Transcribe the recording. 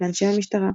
לאנשי המשטרה.